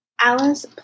Alice